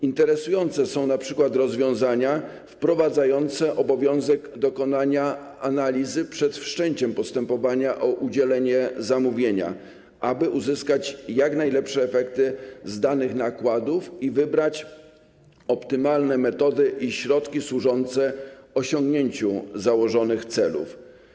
Interesujące są np. rozwiązania wprowadzające obowiązek dokonania analizy przed wszczęciem postępowania o udzielenie zamówienia, aby uzyskać jak najlepsze efekty z danych nakładów i wybrać optymalne metody i środki służące osiągnięciu założonych celów.